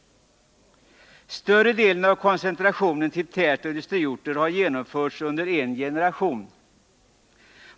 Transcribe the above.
Större delen av koncentrationen till industrioch tätorter har genomförts under en generation.